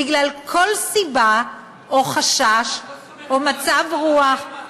בגלל כל סיבה או חשש או מצב-רוח,